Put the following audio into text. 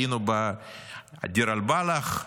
היינו בדיר אל-בלח.